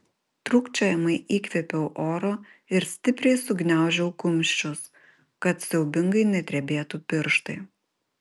trūkčiojamai įkvėpiau oro ir stipriai sugniaužiau kumščius kad siaubingai nedrebėtų pirštai